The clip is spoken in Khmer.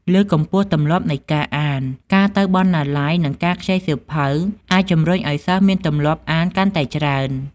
លើកកម្ពស់ទម្លាប់នៃការអាន: ការទៅបណ្ណាល័យ និងការខ្ចីសៀវភៅអាចជំរុញឱ្យសិស្សមានទម្លាប់អានកាន់តែច្រើន។